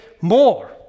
more